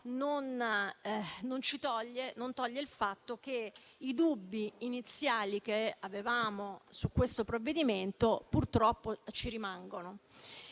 non toglie il fatto che i dubbi iniziali che avevamo su questo provvedimento purtroppo rimangono.